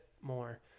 more